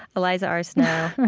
eliza r. snow,